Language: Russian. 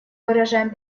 выражаем